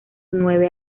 nueve